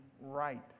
right